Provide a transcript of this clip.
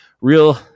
real